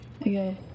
okay